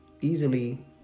easily